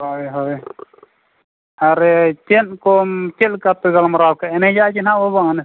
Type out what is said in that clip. ᱦᱳᱭ ᱦᱳᱭ ᱟᱨᱮ ᱪᱮᱫ ᱠᱚᱢ ᱪᱮᱫ ᱞᱮᱠᱟ ᱯᱮ ᱜᱟᱞᱢᱟᱨᱟᱣ ᱠᱮᱜᱼᱟ ᱮᱱᱮᱡᱮᱜᱼᱟ ᱪᱮ ᱵᱟᱝᱟ ᱱᱮᱥ ᱫᱚ